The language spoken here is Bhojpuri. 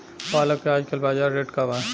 पालक के आजकल बजार रेट का बा?